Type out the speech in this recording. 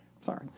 Sorry